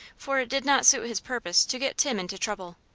for it did not suit his purpose to get tim into trouble.